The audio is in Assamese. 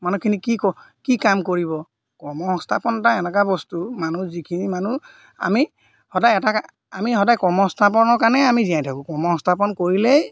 মানুহখিনি কি ক কি কাম কৰিব কৰ্ম সংস্থাপন এটা এনেকুৱা বস্তু মানুহ যিখিনি মানুহ আমি সদায় এটা আমি সদায় কৰ্ম সংস্থাপনৰ কাৰণেই আমি জীয়াই থাকোঁ কৰ্ম সংস্থাপন কৰিলেই